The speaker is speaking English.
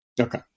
Okay